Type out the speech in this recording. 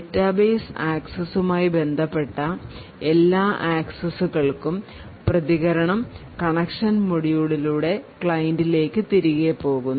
database ആക്സസ്സുമായി ബന്ധപ്പെട്ട എല്ലാ ആക്സസ്സുകൾക്കും പ്രതികരണം കണക്ഷൻ മൊഡ്യൂളിലൂടെ ക്ലയന്റിലേക്ക് തിരികെ പോകുന്നു